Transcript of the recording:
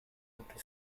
entre